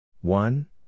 One